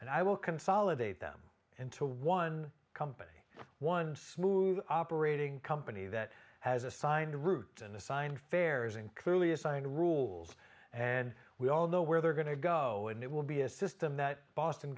and i will consolidate them into one company one smooth operating company that has assigned route and assigned fares and clearly assigned rules and we all know where they're going to go and it will be a system that boston